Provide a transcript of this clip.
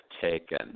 taken